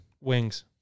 Wings